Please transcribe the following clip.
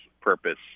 purpose